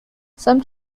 some